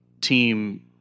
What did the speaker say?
team